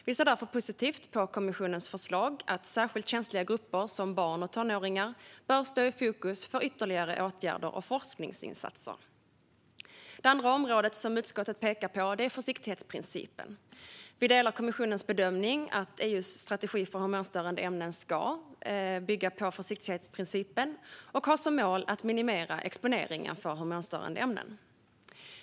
Vi ser därför positivt på kommissionens förslag att särskilt känsliga grupper som barn och tonåringar bör stå i fokus för ytterligare åtgärder och forskningsinsatser. Det andra området som utskottet pekar på är försiktighetsprincipen. Vi instämmer i kommissionens bedömning att EU:s strategi för hormonstörande ämnen ska bygga på försiktighetsprincipen och ha som mål att minimera exponeringen för hormonstörande ämnen.